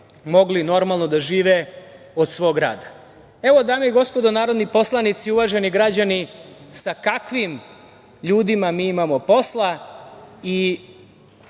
mogli da žive od svog rada. Dame i gospodo narodni poslanici, uvaženi građani, evo sa kakvim ljudima mi imamo posla i